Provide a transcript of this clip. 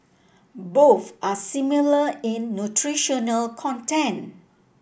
both are similar in nutritional content